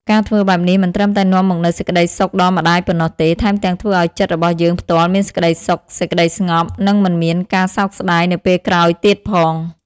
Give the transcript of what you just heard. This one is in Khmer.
ការធ្វើបែបនេះមិនត្រឹមតែនាំមកនូវសេចក្ដីសុខដល់ម្ដាយប៉ុណ្ណោះទេ ថែមទាំងធ្វើឲ្យចិត្តរបស់យើងផ្ទាល់មានសេចក្ដីសុខ សេចក្ដីស្ងប់ និងមិនមានការសោកស្ដាយនៅពេលក្រោយទៀតផង។